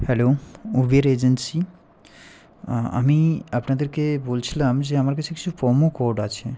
hello Uber agency আমি আপনাদেরকে বলছিলাম যে আমার কাছে কিছু প্রোমো কোড আছে